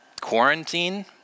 Quarantine